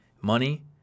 money